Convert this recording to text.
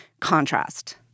contrast